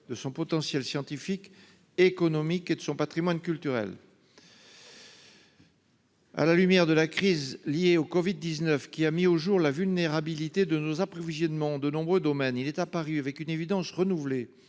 de son potentiel, scientifique, économique et de son Patrimoine culturel. À la lumière de la crise liée au Covid-19, qui a mis au jour la vulnérabilité de nos approvisionnements. De nombreux domaines, il est apparu avec une évidence renouvelé